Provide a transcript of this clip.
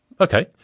Okay